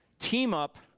team up,